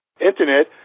Internet